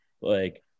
like-